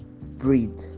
breathe